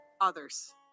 others